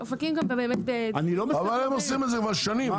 אופקים גם --- אבל הם עושים את זה כבר שנים.